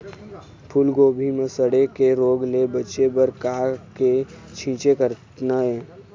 फूलगोभी म सड़े के रोग ले बचे बर का के छींचे करना ये?